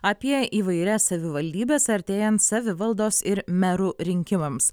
apie įvairias savivaldybes artėjant savivaldos ir merų rinkimams